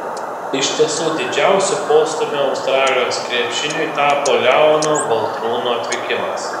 iš tiesų didžiausiu postūmiu australijos krepšiniui tapo leono baltrūno atvykimas